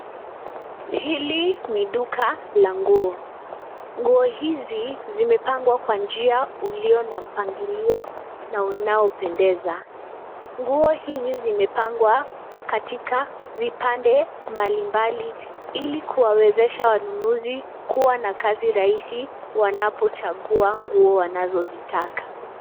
Hili ni duka la nguo, nguo hizi zimepangwa kwa njia ulio na mpangilio na unapendeza. Nguo hizi zimepangwa katika vipande mbalimbali ili kuwawezasha wanunuzi kuwa na kazi rahisi wanapochagua nguo wanazozitaka.